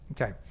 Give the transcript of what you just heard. Okay